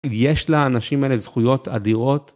יש לאנשים אלה זכויות אדירות.